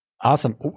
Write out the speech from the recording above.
Awesome